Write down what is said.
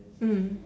mm